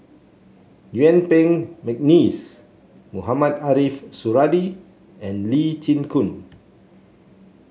Yuen Peng McNeice Mohamed Ariff Suradi and Lee Chin Koon